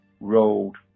rolled